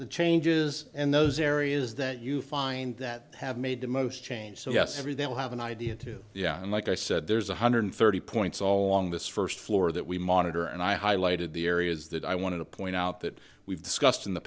the changes and those areas that you find that have made the most change so yes everyone will have an idea too yeah and like i said there's one hundred thirty points all along this first floor that we monitor and i highlighted the areas that i wanted to point out that we've discussed in the